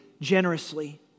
generously